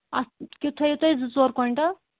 اَتھ کیُٚتھ تھٲیِو تُہۍ زٕ ژور کۄیِنٹَل